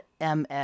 MS